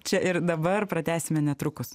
čia ir dabar pratęsime netrukus